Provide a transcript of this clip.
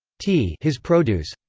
t his produce.